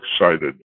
excited